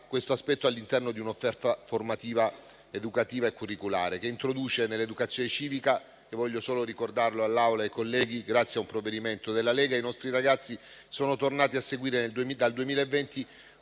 questo aspetto si porta all'interno di un'offerta formativa, educativa e curriculare e si introduce nell'educazione civica. Voglio ricordare all'Assemblea e ai colleghi che è grazie a un provvedimento della Lega che i nostri ragazzi sono tornati a seguirla nel 2020,